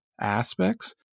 aspects